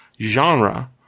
genre